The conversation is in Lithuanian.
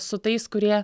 su tais kurie